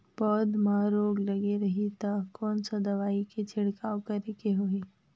पौध मां रोग लगे रही ता कोन सा दवाई के छिड़काव करेके होही?